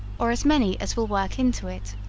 or as many as will work into it,